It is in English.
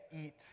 eat